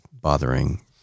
bothering